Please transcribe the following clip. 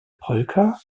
polka